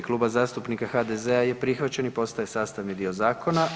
Kluba zastupnika HDZ-a je prihvaćen i postaje sastavni dio zakona.